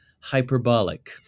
hyperbolic